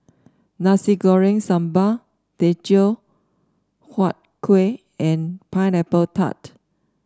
Nasi Goreng Sambal Teochew Huat Kuih and Pineapple Tart